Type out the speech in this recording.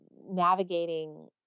navigating